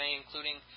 including